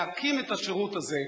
להקים את השירות הזה,